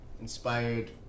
inspired